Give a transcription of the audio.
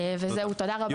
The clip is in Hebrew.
וזהו, תודה רבה.